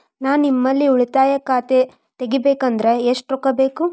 ನಾ ನಿಮ್ಮಲ್ಲಿ ಉಳಿತಾಯ ಖಾತೆ ತೆಗಿಬೇಕಂದ್ರ ಎಷ್ಟು ರೊಕ್ಕ ಬೇಕು?